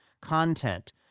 content